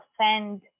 offend